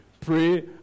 Pray